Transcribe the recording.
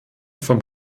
vom